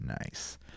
Nice